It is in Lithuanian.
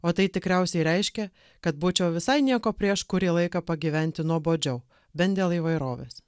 o tai tikriausiai reiškia kad būčiau visai nieko prieš kurį laiką pagyventi nuobodžiau bent dėl įvairovės